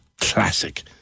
classic